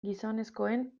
gizonezkoen